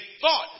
thought